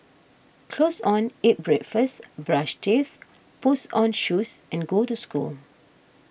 clothes on eat breakfast brush teeth puts on shoes and go to school